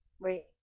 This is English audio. Wait